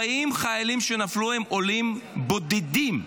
40 חיילים שנפלו הם עולים בודדים.